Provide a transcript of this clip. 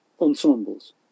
ensembles